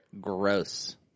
Gross